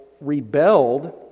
rebelled